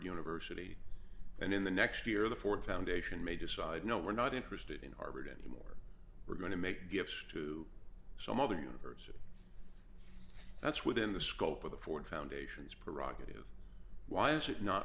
university and in the next year the ford foundation may decide no we're not interested in harvard anymore we're going to make gifts to some other university that's within the scope of the ford foundation's parag give why is it not